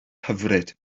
hyfryd